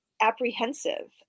apprehensive